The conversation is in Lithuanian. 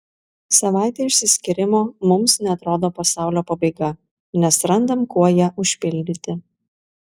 savaitė išsiskyrimo mums neatrodo pasaulio pabaiga nes randam kuo ją užpildyti